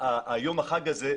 היום החג הזה,